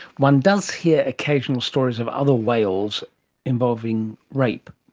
one does hear occasional stories of other whales involving rape.